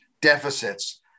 deficits